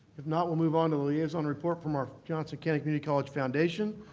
if not, we'll move on to the liaison report from our johnson county community college foundation.